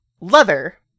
leather